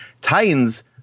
Titans